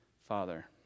father